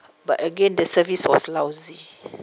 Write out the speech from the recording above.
but again the service was lousy